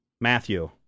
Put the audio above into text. Matthew